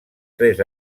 tres